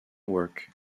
work